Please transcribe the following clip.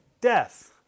Death